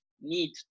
need